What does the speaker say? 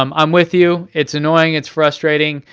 um i'm with you, it's annoying, it's frustrating.